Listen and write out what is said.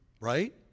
right